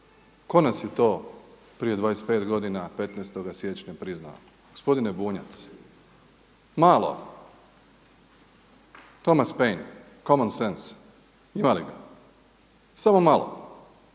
Tko nas je to prije 25 godina 15. siječnja priznao? Gospodine Bunjac, malo Thomas Spain Common sense ima li ga? Samo malo,